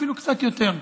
אפילו קצת יותר.